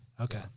Okay